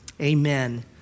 Amen